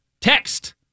Text